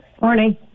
Morning